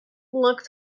look